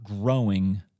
growing